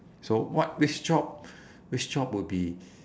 so what which job which job would be